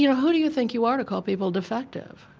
you know who do you think you are to call people defective?